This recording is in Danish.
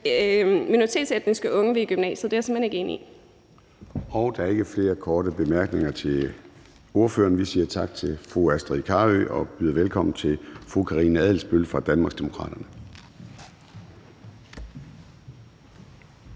minoritetsetniske unge vil i gymnasiet, er jeg simpelt hen ikke enig i. Kl. 13:51 Formanden (Søren Gade): Der er ikke flere korte bemærkninger til ordføreren. Vi siger tak til fru Astrid Carøe og byder velkommen til fru Karina Adsbøl fra Danmarksdemokraterne.